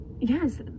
yes